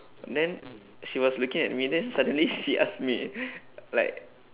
then she was looking at me then suddenly she ask me like